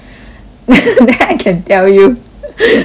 then I can tell you